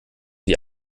die